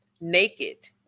Naked